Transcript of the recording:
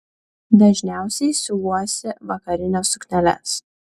dažniausiai siuvuosi vakarines sukneles